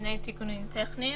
שני תיקונים טכניים.